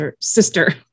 sister